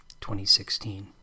2016